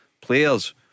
players